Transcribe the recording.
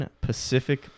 pacific